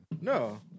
No